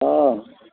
हा